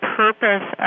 purpose